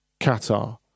Qatar